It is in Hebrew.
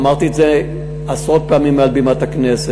אמרתי את זה עשרות פעמים מעל בימת הכנסת.